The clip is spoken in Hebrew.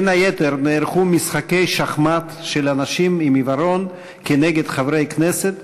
בין היתר נערכו משחקי שחמט של אנשים עם עיוורון כנגד חברי כנסת,